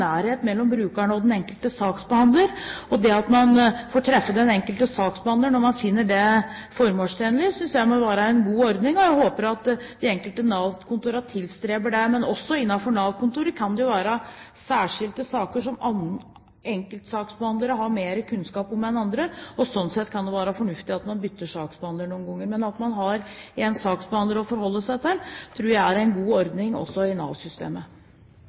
nærhet mellom brukeren og den enkelte saksbehandler, og det at man får treffe den enkelte saksbehandleren når man finner det formålstjenelig, synes jeg må være en god ordning. Jeg håper at de enkelte Nav-kontorene tilstreber det. Også innenfor det enkelte Nav-kontor kan det jo være særskilte saker som enkeltsaksbehandlere har mer kunnskap om enn andre, og sånn sett kan det være fornuftig at man bytter saksbehandler noen ganger. Men at man har én saksbehandler å forholde seg til, tror jeg er en god ordning også i